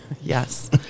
Yes